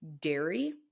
dairy